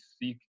seek